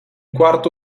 quarto